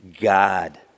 God